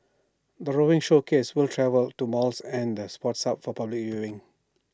the roving showcase will travel to malls and the sports hub for public viewing